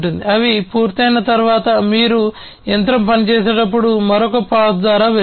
అవి పూర్తయిన తర్వాత మీరు యంత్రం పనిచేసేటప్పుడు మరొక పాస్ ద్వారా వెళ్ళండి